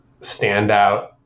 standout